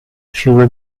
fiume